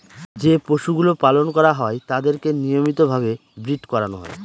যে পশুগুলো পালন করা হয় তাদেরকে নিয়মিত ভাবে ব্রীড করানো হয়